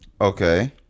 okay